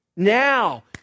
Now